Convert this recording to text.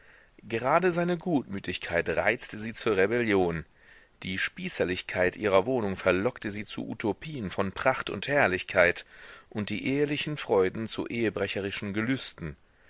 gerade seine gutmütigkeit reizte sie zur rebellion die spießerlichkeit ihrer wohnung verlockte sie zu utopien von pracht und herrlichkeit und die ehelichen freuden zu ehebrecherischen gelüsten